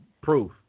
Proof